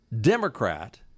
Democrat